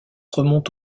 remonte